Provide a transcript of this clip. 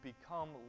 become